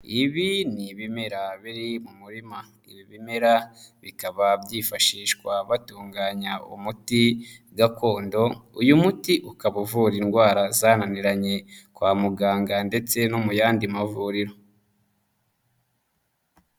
Ibi ni ibimera biri murima, ibi bimera bikaba byifashishwa batunganya umuti gakondo, uyu muti ukaba uvura indwara zananiranye kwa muganga ndetse no mu yandi mavuriro.